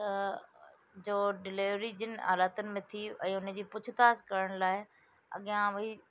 त जो डिलेवरी जिनि हालातुनि में थी ऐं हुनजी पुछताछ करण लाइ अॻियां भई